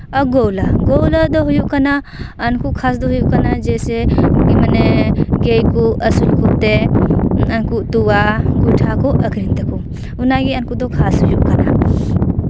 ᱟᱨ ᱜᱳᱣᱞᱟ ᱟᱨ ᱜᱳᱣᱞᱟ ᱫᱚ ᱦᱩᱭᱩᱜ ᱠᱟᱱᱟ ᱩᱱᱠᱩ ᱠᱷᱟᱥ ᱫᱚ ᱦᱩᱭᱩᱜ ᱠᱟᱱᱟ ᱡᱮ ᱥᱮ ᱜᱟᱹᱭ ᱠᱚ ᱟᱹᱥᱩᱞ ᱠᱚᱛᱮ ᱩᱱᱠᱩᱣᱟᱜ ᱛᱚᱣᱟ ᱜᱚᱭᱴᱷᱟ ᱠᱚ ᱟᱠᱷᱨᱤᱧ ᱛᱟᱠᱚ ᱚᱱᱟᱜᱮ ᱩᱱᱠᱩ ᱫᱚ ᱠᱷᱟᱥ ᱦᱩᱭᱩᱜ ᱠᱟᱱᱟ